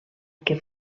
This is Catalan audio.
que